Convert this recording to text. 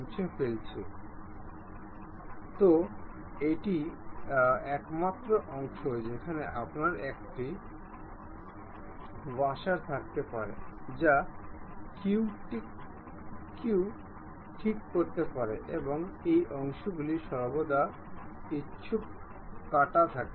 সুতরাং এটি একমাত্র অংশ যেখানে আপনার একটি ওয়াশার থাকতে পারে যা কেউ ঠিক করতে পারে এবং এই অংশগুলি সর্বদা ইচ্ছুক কাটা থাকে